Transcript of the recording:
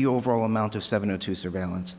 the overall amount of seventy two surveillance